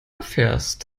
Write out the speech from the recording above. erfährst